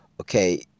okay